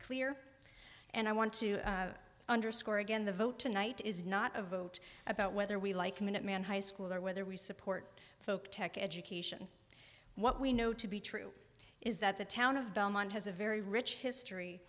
clear and i want to underscore again the vote tonight is not a vote about whether we like minuteman high school or whether we support folk tech education what we know to be true is that the town of belmont has a very rich history